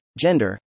gender